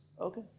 Okay